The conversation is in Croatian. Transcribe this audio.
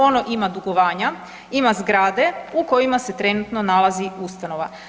Ono ima dugovanja, ima zgrade u kojima se trenutno nalazi ustanova.